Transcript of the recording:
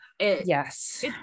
yes